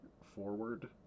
forward